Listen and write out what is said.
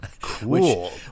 Cool